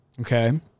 Okay